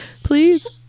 Please